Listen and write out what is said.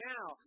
Now